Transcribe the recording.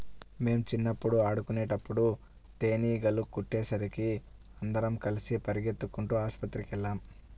మేం చిన్నప్పుడు ఆడుకునేటప్పుడు తేనీగలు కుట్టేసరికి అందరం కలిసి పెరిగెత్తుకుంటూ ఆస్పత్రికెళ్ళాం